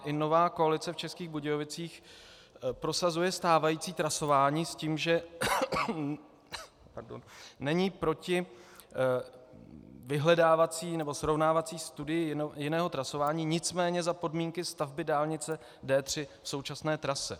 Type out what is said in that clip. I nová koalice v Českých Budějovicích prosazuje stávající trasování s tím, že není proti vyhledávací nebo srovnávací studii jiného trasování, nicméně za podmínky stavby dálnice D3 v současné trase.